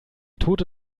tote